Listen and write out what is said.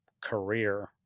career